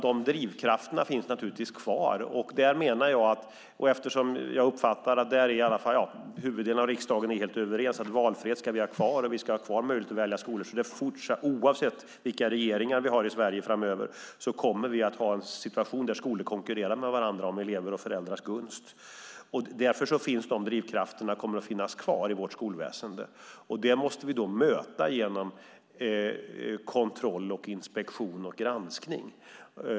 De drivkrafterna finns naturligtvis kvar. Eftersom jag uppfattar att huvuddelen av riksdagen är helt överens om att vi ska ha kvar valfriheten och möjligheten att välja skolor kommer vi, oavsett vilka regeringar vi har i Sverige framöver, att ha en situation där skolor konkurrerar med varandra om elever och föräldrars gunst. Därför kommer de drivkrafterna att finnas kvar i vårt skolväsen. Det måste vi möta genom kontroll, inspektion och granskning.